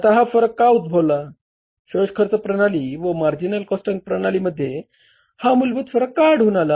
आता हा फरक का उद्भवला शोष खर्च प्रणाली व मार्जिनल कॉस्टिंग प्रणाली मध्ये हा मूलभूत फरक का आढळून आला